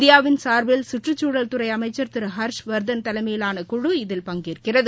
இந்தியாவின் சார்பில் கற்றுச்சூழல்துறை அமைச்சர் திரு ஹர்ஷ்வர்தன் தலைமையிலான குழு இதில் பங்கேற்கிறது